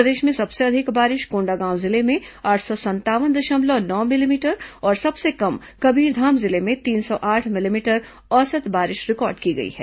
प्रदेश में सबसे अधिक बारिश कोंडागांव जिले में आठ सौ संतावन दशमलव नौ मिलीमीटर और सबसे कम कबीरधाम जिले में तीन सौ आठ मिलीमीटर औसत बारिश रिकॉर्ड की गई है